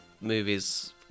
movies